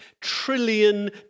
trillion